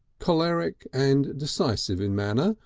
choleric and decisive in manner,